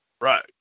Right